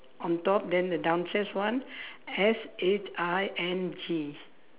on top then the downstairs one S H I N G